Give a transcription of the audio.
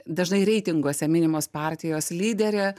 dažnai reitinguose minimos partijos lyderė